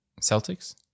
Celtics